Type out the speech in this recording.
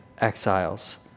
exiles